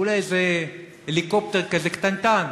אולי איזה הליקופטר כזה קטנטן,